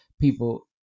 people